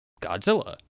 Godzilla